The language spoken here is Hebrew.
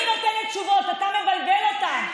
אני נותנת תשובות, אתה מבלבל אותם.